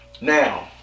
Now